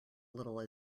little